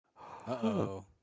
Uh-oh